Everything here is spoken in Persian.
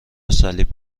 صلیب